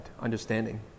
understanding